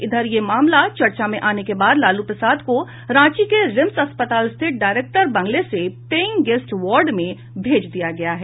इधर यह मामला चर्चा में आने के बाद लालू प्रसाद को रांची के रिम्स अस्पताल स्थित डायरेक्टर बंगले से पेइंग गेस्ट वार्ड में भेज दिया गया है